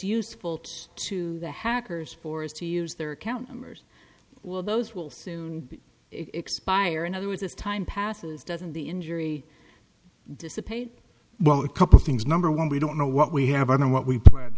useful to to the hackers or is to use their account numbers well those will soon expire in other words as time passes doesn't the injury dissipate well a couple things number one we don't know what we have and what we